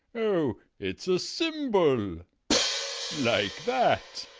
oh, it's a symbol like that.